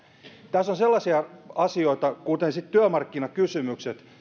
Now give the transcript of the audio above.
tässä on sellaisia asioita kuten työmarkkinakysymykset